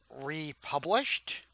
republished